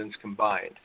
combined